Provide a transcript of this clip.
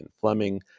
Fleming